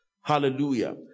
hallelujah